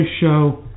show